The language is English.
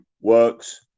works